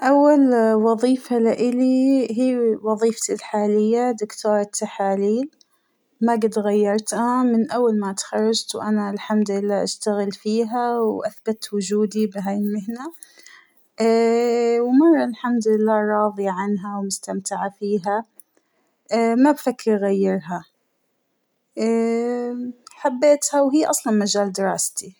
أول وظيفة لإلى هى وظيفتى الحالية دكتورة تحاليل ، ما جت غيرتها من أول ما تخرجت وأنا الحمد لله أشتغل فيها ، وأثبت وجودى بهاى المهنة ، ومرة الحمد لله راضية عنها ومستمتعة فيها اا- ما بفكر أغيرها ، ااا- حبيتها وهى أصلاً مجال دراستى.